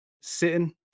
sitting